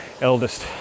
eldest